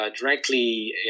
directly